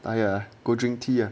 !aiya! go drink tea ah